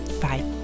Bye